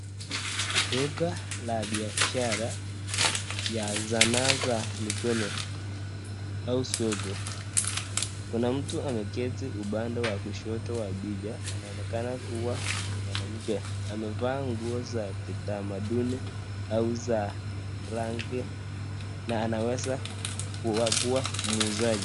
Duka la biashara ya zanaa za mikono au soko. Kuna mtu ameketi upande wa kushoto ya picha anaonekana ni mwanamke amevaa nguo za kitamaduni au za rangi na anaweza kua muuzaji.